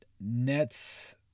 Nets